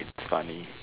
it's funny